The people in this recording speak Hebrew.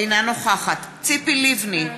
אינה נוכחת ציפי לבני,